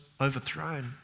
overthrown